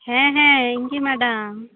ᱦᱮᱸ ᱦᱮᱸ ᱤᱧᱜᱮ ᱢᱮᱰᱟᱢ